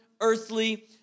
earthly